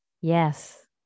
Yes